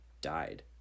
died